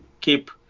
keep